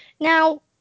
Now